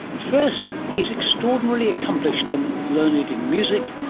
first, he is extraordinarily accomplished and learned in music,